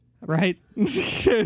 Right